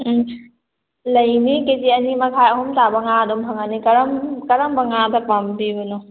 ꯎꯝ ꯂꯩꯅꯤ ꯀꯦꯖꯤ ꯑꯅꯤꯃꯈꯥꯏ ꯑꯍꯨꯝ ꯉꯥ ꯑꯗꯨꯝ ꯐꯪꯒꯅꯤ ꯀꯔꯝ ꯀꯔꯝꯕ ꯉꯥꯗ ꯄꯥꯝꯕꯤꯕꯅꯣ